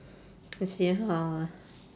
we see how lah